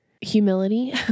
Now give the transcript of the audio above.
humility